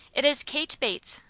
it is kate bates.